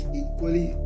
equally